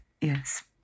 Yes